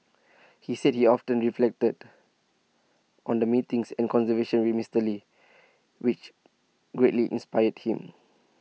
he said he often reflected on the meetings and with Mister lee which greatly inspired him